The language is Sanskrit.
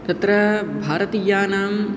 तत्र भारतीयानां